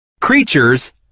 Creatures